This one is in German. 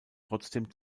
trotzdem